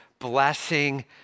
blessing